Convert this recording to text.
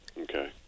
Okay